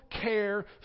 care